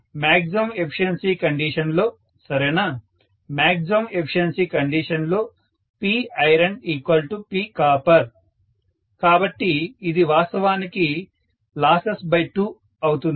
ఇప్పుడు maximum efficiency కండిషన్లో సరేనా మ్యాగ్జిమం ఎఫిషియన్సీ కండిషన్లో PironPcopper కాబట్టి ఇది వాస్తవానికి losses2 అవుతుంది